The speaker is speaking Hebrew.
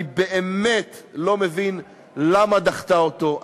אני באמת לא מבין למה היא דחתה אותו,